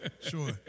sure